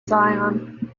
zion